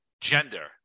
gender